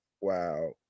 wow